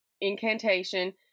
incantation